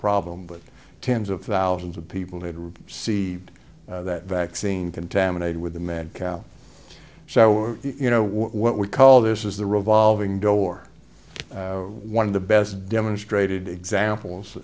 problem but tens of thousands of people who see that vaccine contaminated with the mad cow so you know what we call this is the revolving door one of the best demonstrated examples